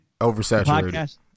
Oversaturated